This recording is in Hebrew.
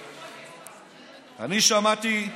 אני שמעתי,